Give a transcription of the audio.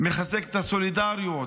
מחזקת את הסולידריות.